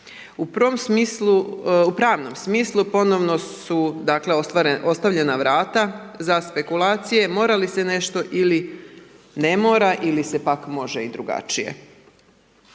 U pravnom smislu ponovno su dakle ostavljena vrata za spekulacije mora li se nešto ili ne mora, ili se pak može i drugačije.